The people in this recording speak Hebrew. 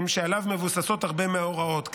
שעליו מבוססות הרבה מההוראות,